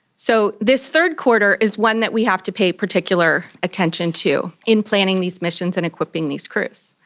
so this third quarter is one that we have to paid particular attention to in planning these missions and equipping these crews.